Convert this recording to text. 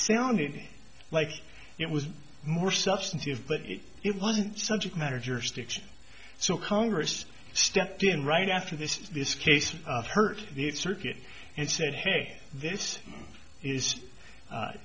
sounded like it was more substantive but it wasn't subject matter jurisdiction so congress stepped in right after this this case heard the circuit and said hey this is